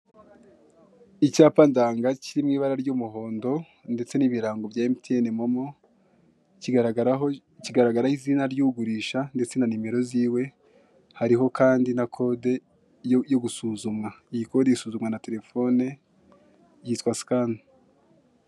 Icyapa ndanga kiri mu ibara ry'umuhondo ndetse n'ibirango bya Mtn momo, kigaragaraho izina ry'ugurisha ndetse na nimero ziwe, hariho kandi na kode yo gusuzumwa. Iyi kode isuzumwa na telefone yitwa sikani.